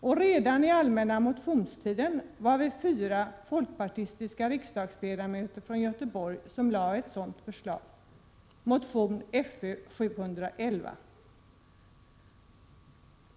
Redan under den allmänna motionstiden lade fyra folkpartistiska riksdagsledamöter från Göteborg fram ett sådant förslag, i motionen Fö711.